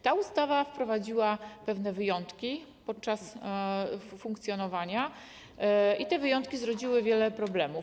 Ta ustawa wprowadziła pewne wyjątki podczas funkcjonowania i te wyjątki zrodziły wiele problemów.